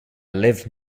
lived